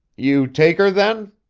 you take her, then?